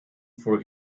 for